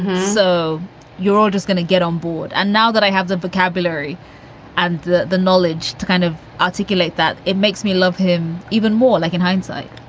so you're all just gonna get on board. and now that i have the vocabulary and the the knowledge to kind of articulate that, it makes me love him even more like in hindsight